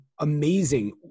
amazing